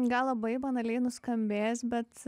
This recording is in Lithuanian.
gal labai banaliai nuskambės bet